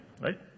right